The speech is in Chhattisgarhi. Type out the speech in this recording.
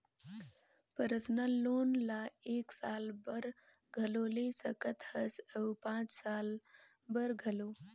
परसनल लोन ल एक साल बर घलो ले सकत हस अउ पाँच साल बर घलो